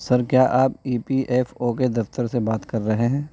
سر کیا آپ E P F O کے دفتر سے بات کر رہے ہیں